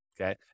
okay